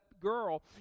girl